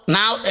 Now